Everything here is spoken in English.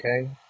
okay